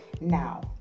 Now